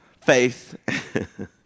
faith